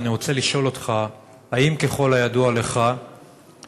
אני רוצה לשאול אותך: האם ככל הידוע לך יש